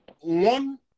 one